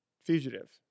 Fugitive